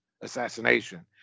assassination